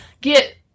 get